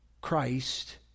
Christ